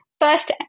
first